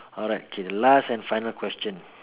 alright K last and final question